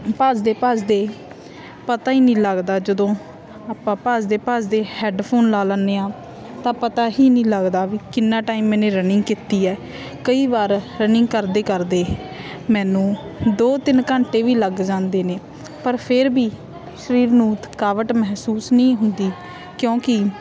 ਭੱਜਦੇ ਭੱਜਦੇ ਪਤਾ ਹੀ ਨਹੀਂ ਲੱਗਦਾ ਜਦੋਂ ਆਪਾਂ ਭੱਜਦੇ ਭੱਜਦੇ ਹੈਡਫੋਨ ਲਾ ਲੈਂਦੇ ਹਾਂ ਤਾਂ ਪਤਾ ਹੀ ਨਹੀਂ ਲੱਗਦਾ ਵੀ ਕਿੰਨਾ ਟਾਈਮ ਮੈਨੇ ਰਨਿੰਗ ਕੀਤੀ ਹੈ ਕਈ ਵਾਰ ਰਨਿੰਗ ਕਰਦੇ ਕਰਦੇ ਮੈਨੂੰ ਦੋ ਤਿੰਨ ਘੰਟੇ ਵੀ ਲੱਗ ਜਾਂਦੇ ਨੇ ਪਰ ਫੇਰ ਵੀ ਸਰੀਰ ਨੂੰ ਥਕਾਵਟ ਮਹਿਸੂਸ ਨਹੀਂ ਹੁੰਦੀ ਕਿਉਂਕਿ